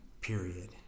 period